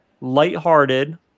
lighthearted